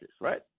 right